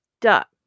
duck